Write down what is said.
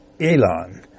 Elon